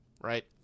right